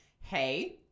hey